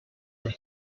were